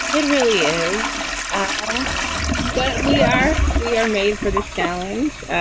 it really is all but we are we are made for this challenge.